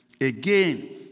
Again